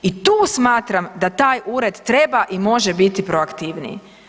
I tu smatram da taj ured treba i može biti proaktivniji.